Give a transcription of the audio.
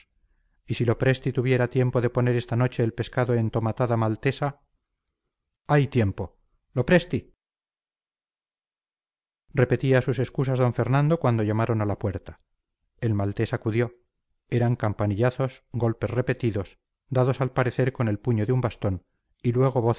y si lopresti tuviera tiempo de poner esta noche el pescado en tomatada maltesa hay tiempo lopresti repetía sus excusas d fernando cuando llamaron a la puerta el maltés acudió eran campanillazos golpes repetidos dados al parecer con el puño de un bastón y luego